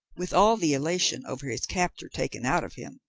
with all the elation over his capture taken out of him,